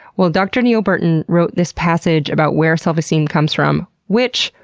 well, dr. neel burton wrote this passage about where self-esteem comes from, which,